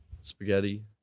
Spaghetti